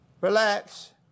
Relax